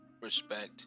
respect